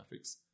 graphics